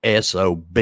SOB